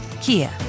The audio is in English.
Kia